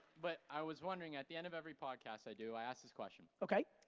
but i was wondering, at the end of every podcast i do, i ask this question. okay.